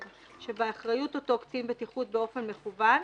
שבאחריות אותו קצין בטיחות באופן מקוון,